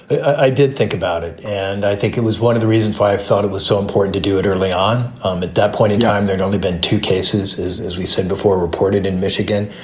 i did think about it. and i think it was one of the reasons why i thought it was so important to do it early on. um at that point in time, there's only been two cases as we said before reported in michigan,